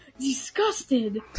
disgusted